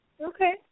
Okay